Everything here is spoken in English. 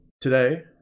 Today